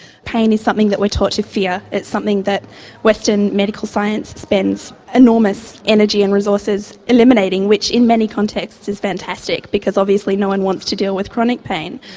pain is something that we are taught to fear, it's something that western medical science spends enormous energy and resources eliminating, which in many contexts is fantastic because obviously no one wants to deal with chronic pain.